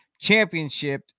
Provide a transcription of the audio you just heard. Championship